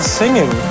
singing